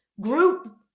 group